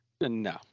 No